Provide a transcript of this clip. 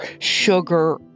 sugar